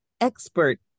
expert